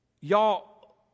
y'all